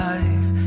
Life